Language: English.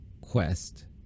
quest